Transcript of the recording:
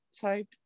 type